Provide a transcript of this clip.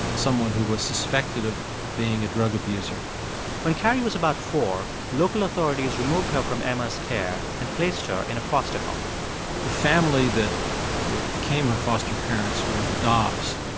someone who was suspected of being a drug abuser when carrie was about four, local authorities removed her from emma's care and placed her in a foster home the family that became her foster parents were the dobbs.